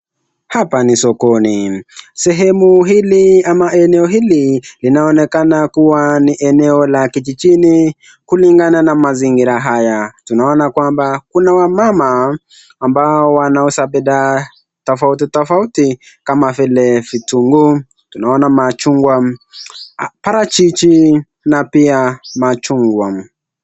Hapa ni sokoni, sehemu hili ama eneohili linaonekana kuwa ni eneo la kijijini kulingana na mazingira haya. Tunaona kwamba kuna wamama ambao wanauza bidhaa tofauti tofauti kama vile vitunguu tunaona machungwa, parachichi na pia machungwa.